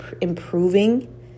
improving